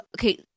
Okay